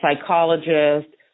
psychologist